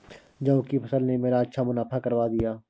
जौ की फसल ने मेरा अच्छा मुनाफा करवा दिया